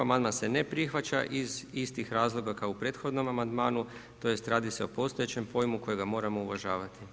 Amandman se ne prihvaća iz istih razloga kao u prethodnom amandmanu tj. radi se o postojećem pojmu kojega moramo uvažavati.